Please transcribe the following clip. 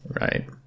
Right